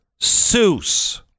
Seuss